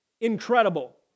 Incredible